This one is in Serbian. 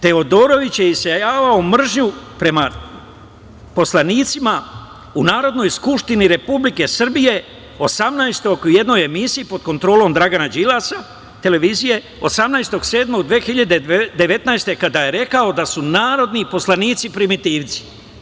Teodorović je isejavao mržnju prema poslanicima u Narodnoj skupštini Republike Srbije u jednoj emisiji pod kontrolom Dragana Đilasa, 18.7.2019. godine, kada je rekao da su narodni poslanici primitivci.